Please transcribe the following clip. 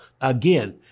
again